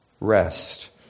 Rest